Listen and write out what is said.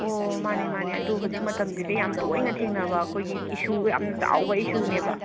ꯑꯣ ꯃꯥꯟꯅꯤ ꯃꯥꯟꯅꯤ ꯑꯗꯨ ꯍꯧꯖꯤꯛ ꯃꯇꯝꯁꯤꯗ ꯌꯥꯝ ꯇꯣꯏꯅ ꯊꯦꯡꯅꯕ ꯑꯩꯈꯣꯏꯒꯤ ꯏꯁꯨ ꯌꯥꯝꯅ ꯆꯥꯎꯕ ꯏꯁꯨꯅꯦꯕ